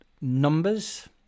numbers